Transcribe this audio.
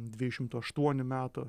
dvidešimt aštuonių metų